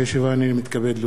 הנני מתכבד להודיעכם,